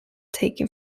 taken